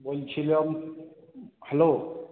বলছিলাম হ্যালো